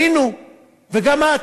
וגם את,